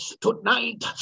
tonight